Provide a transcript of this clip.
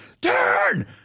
Turn